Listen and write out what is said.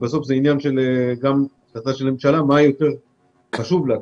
בסוף זו החלטה של הממשלה מה יותר חשוב לה.